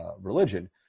religion